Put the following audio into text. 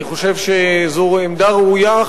אני חושב שזו עמדה ראויה,